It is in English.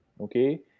okay